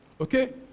Okay